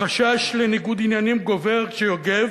החשש לניגוד עניינים גובר כשיוגב,